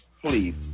Please